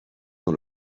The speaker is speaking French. dans